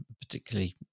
particularly